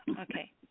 Okay